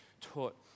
taught